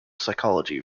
psychology